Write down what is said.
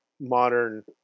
modern